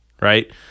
right